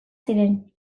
ziren